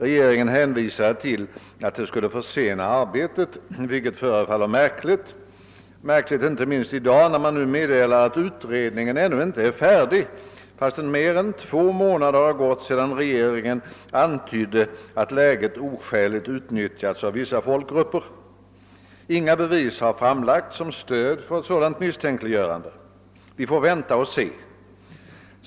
Regeringen hänvisade till att det skulle försena arbetet, vilket förefaller märkligt inte minst i dag, när man nu meddelar att utredningen ännu inte är färdig, trots att mer än två månader har gått sedan regeringen antydde att läget utnyttjats oskäligt av vissa folkgrupper. Inga bevis har framlagts som stöd för ett sådant misstänkliggörande. Vi får vänta och se.